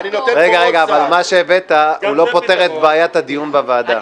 אבל מה שהבאת לא פותר את בעיית הדיון בוועדה.